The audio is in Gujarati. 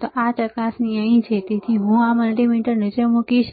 અને આ ચકાસણી અહીં છે તેથી હું આ મલ્ટિમીટર નીચે મૂકીશ